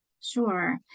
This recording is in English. Sure